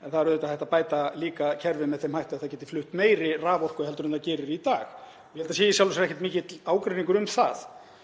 En það er auðvitað líka hægt að bæta kerfið með þeim hætti að það geti flutt meiri raforku en það gerir í dag. Ég held að það sé í sjálfu sér ekkert mikill ágreiningur um það.